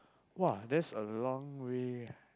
!wah! that's a long way ah